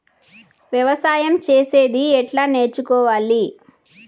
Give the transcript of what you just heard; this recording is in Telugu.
వ్యవసాయం చేసేది ఎట్లా నేర్చుకోవాలి?